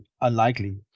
unlikely